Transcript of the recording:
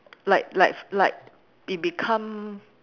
like like like it become